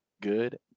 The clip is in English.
good